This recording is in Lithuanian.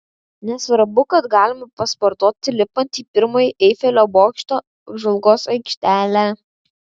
nesvarbu kad galima pasportuoti lipant į pirmąją eifelio bokšto apžvalgos aikštelę